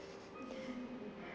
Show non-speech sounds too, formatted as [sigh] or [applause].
[laughs]